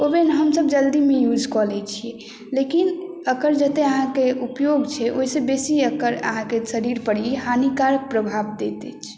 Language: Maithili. ओवेन हमसभ जल्दीमे यूज कऽ लैत छियै लेकिन एकर जतेक अहाँके उपयोग छै ओहिसँ बेशी एकर अहाँके शरीरपर ई हानिकारक प्रभाव दैत अछि